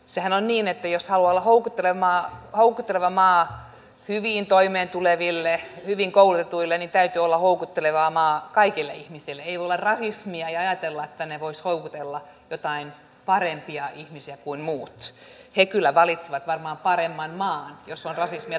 tämä on niin että jos alalla houkuttelemaan houkutteleva maa hyvin toimeentuleville hyvin koulutetuille niin täytyy olla houkutteleva maa kaikille ihmisille ei ole rasismia ei vakavaa tämä politiikka mitä te teette ettekä kanna minkäänlaisia seurauksia siitä kuinka paljon te lisäätte nimenomaan toimeentulotukiriippuvaisten ihmisten määrää